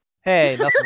Hey